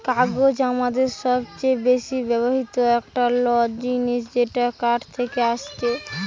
কাগজ আমাদের সবচে বেশি ব্যবহৃত একটা ল জিনিস যেটা কাঠ থেকে আসছে